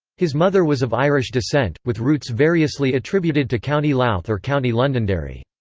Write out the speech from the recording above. his mother was of irish descent, with roots variously attributed to county louth or county londonderry.